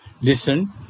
Listen